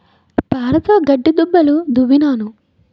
పారతోగడ్డి దుబ్బులు దవ్వినాను